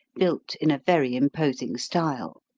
built in a very imposing style.